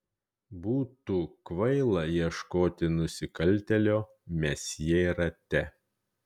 būtų kvaila ieškoti nusikaltėlio mesjė rate